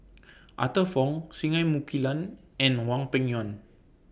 Arthur Fong Singai Mukilan and Hwang Peng Yuan